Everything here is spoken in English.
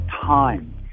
time